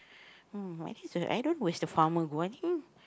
mm I think is the I don't know is the farmer